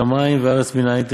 שמים וארץ מנין?